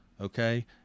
okay